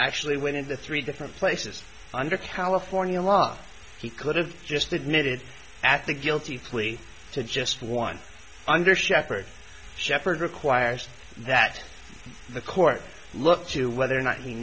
actually went into three different places under california law he could have just admitted at the guilty plea to just one under shepherd shepherd requires that the court look to whether or not he